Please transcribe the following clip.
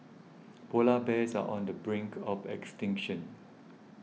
Polar Bears are on the brink of extinction